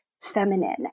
feminine